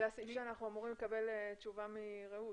זה הסעיף עליו אנחנו אמורים לקבל תשובה מרעות.